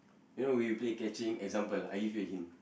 you know we play catching example I give you a hint